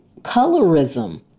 colorism